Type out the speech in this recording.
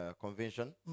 convention